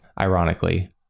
Ironically